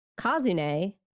Kazune